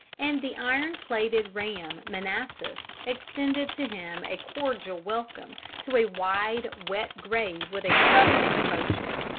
and the iron-plated ram manassas extended to him a cordial welcome to a wide wet grave with a southern exposure.